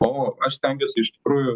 o aš stengiuosi iš tikrųjų